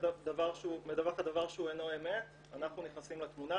דבר שהוא אינו אמת אנחנו נכנסים לתמונה.